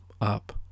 up